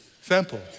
Simple